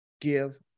give